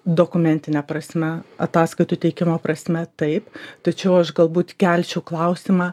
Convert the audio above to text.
dokumentine prasme ataskaitų teikimo prasme taip tačiau aš galbūt kelčiau klausimą